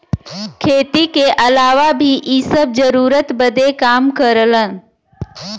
खेती के अलावा भी इ सब जरूरत बदे काम करलन